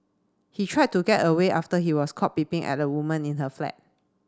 he tried to get away after he was caught peeping at a woman in her flat